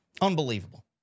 Unbelievable